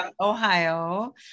Ohio